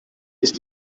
ist